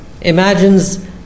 imagines